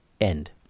end